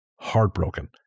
heartbroken